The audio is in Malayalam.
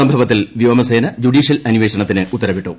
സംഭവത്തിൽ വ്യോമസേന ജുഡീഷ്യൽ അന്വേഷണത്തിന് ഉത്തരവിട്ടു